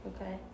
Okay